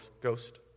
ghost